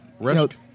Risk